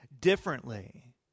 differently